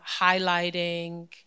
highlighting